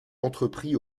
entrepris